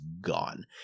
gone